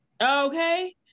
Okay